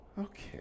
Okay